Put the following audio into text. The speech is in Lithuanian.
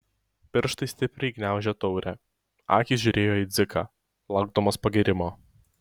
pirštai stipriai gniaužė taurę akys žiūrėjo į dziką laukdamos pagyrimo